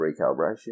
Recalibration